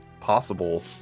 possible